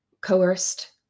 coerced